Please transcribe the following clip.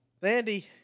Sandy